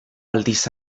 aldiz